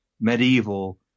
medieval